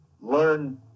learn